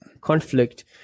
conflict